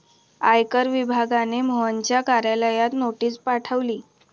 आयकर विभागाने मोहनच्या कार्यालयाला नोटीस पाठवली